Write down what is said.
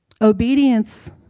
obedience